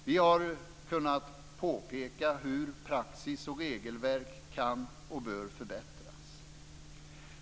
Vi har kunnat påpeka hur praxis och regelverk kan och bör förbättras.